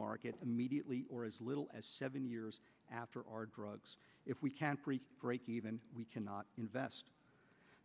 market immediately or as little as seven years after our drugs if we can break even we cannot invest